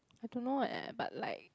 I don't know eh but like